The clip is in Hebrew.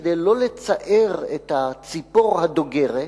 כדי לא לצער את הציפור הדוגרת,